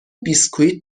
بیسکوییت